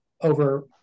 over